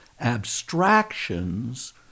abstractions